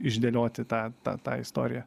išdėlioti tą tą tą istoriją